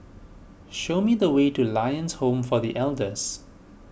show me the way to Lions Home for the Elders